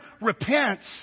repents